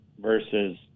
versus